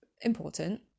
important